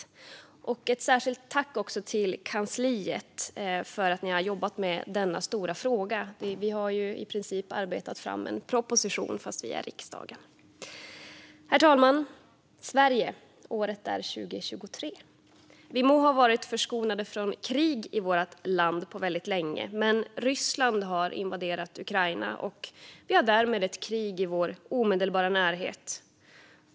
Jag vill rikta ett särskilt tack till kansliet som har arbetat med denna stora fråga. Vi har i princip arbetat fram en proposition, trots att vi är riksdagen. Herr talman! Sverige - året är 2023. Vi må under lång tid ha varit förskonade från krig i vårt land, men Ryssland har invaderat Ukraina. Vi har därmed ett krig i vår omedelbara närhet.